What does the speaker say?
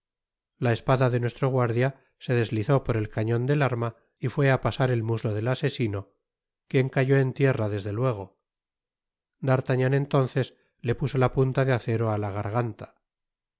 la espada de nuestro guardia se deslizó por el cañon del arma y fué á pasar el muslo del asesino quien cayó en tierra desde luego d'artagnan entonces le puso la punta del acero á la garganta